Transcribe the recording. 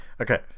Okay